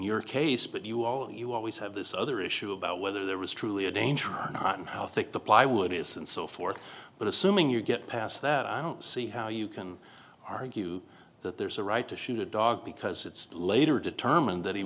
your case but you all you always have this other issue about whether there was truly a danger and how thick the plywood is and so forth but assuming you get past that i don't see how you can argue that there's a right to shoot a dog because it's later determined that he